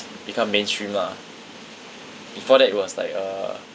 become mainstream lah before that it was like uh